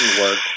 work